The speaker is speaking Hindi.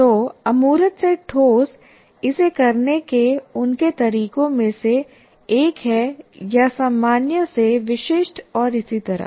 तो अमूर्त से ठोस इसे करने के उनके तरीकों में से एक है या सामान्य से विशिष्ट और इसी तरह